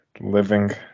Living